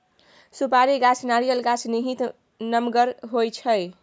सुपारी गाछ नारियल गाछ नाहित नमगर होइ छइ